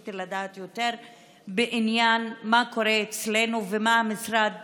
רציתי לדעת יותר מה קורה אצלנו בעניין ומה משרד